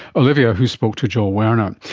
olivia, who spoke to joel werner.